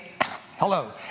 hello